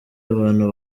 abantu